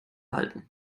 halten